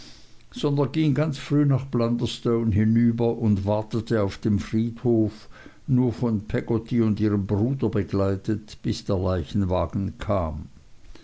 sondern ging ganz früh nach blunderstone hinüber und wartete auf dem friedhof nur von peggotty und ihrem bruder begleitet bis der leichenwagen